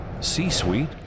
C-Suite